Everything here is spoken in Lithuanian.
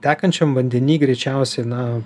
tekančiam vandeny greičiausiai na